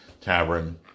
Tavern